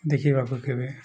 ଦେଖିବାକୁ କେବେ